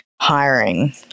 hiring